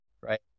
Right